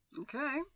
Okay